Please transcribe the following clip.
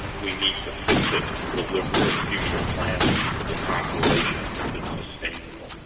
we need to fix it and deliver a future planet to the population that's sustainable.